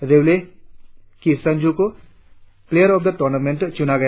railway की संजू को player of the tournament चुना गया